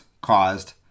caused